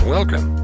Welcome